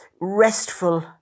restful